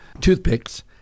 toothpicks